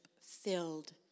filled